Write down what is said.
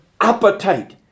appetite